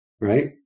right